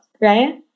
right